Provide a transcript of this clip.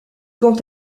quant